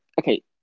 okay